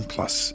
Plus